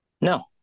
No